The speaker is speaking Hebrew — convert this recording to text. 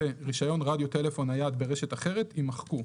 ו-"רישיון רדיו טלפון נייד ברשת אחרת" יימחקו".